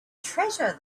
treasure